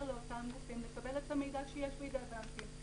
לאותם גופים לקבל את המידע שיש בידי הבנקים,